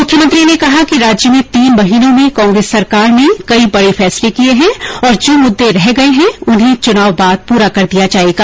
मुख्यमंत्री ने कहा कि राज्य में तीन महीनों में कांग्रेस सरकार ने कई बड़े फैसले किये है और जो मुद्दे रहे गये हैं उन्हें चुनाव बाद पूरा कर दिया जायेगा